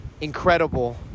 incredible